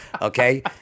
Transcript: Okay